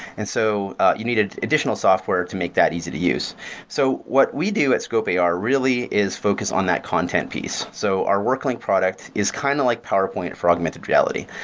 and so you needed additional software to make that easy to use so what we do at scope ar really is focused on that content piece. so our work line product is kind of like powerpoint for augmented reality.